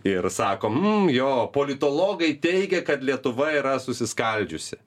ir sako m jo politologai teigia kad lietuva yra susiskaldžiusi